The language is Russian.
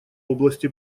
области